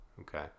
Okay